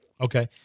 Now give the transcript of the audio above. Okay